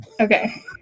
Okay